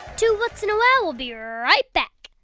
two whats and a wow will be right back.